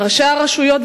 ראשי רשויות,